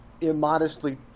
immodestly